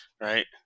Right